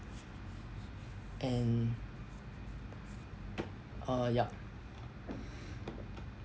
and uh yup